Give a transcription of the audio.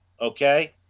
Okay